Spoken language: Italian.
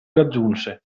raggiunse